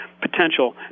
potential